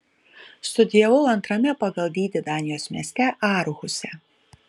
studijavau antrame pagal dydį danijos mieste aarhuse